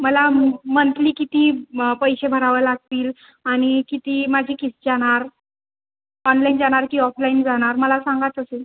मला मंथली किती पैसे भरावं लागतील आणि किती माझी किश्त जाणार ऑनलाईन जाणार की ऑफलाईन जाणार मला सांगा तसे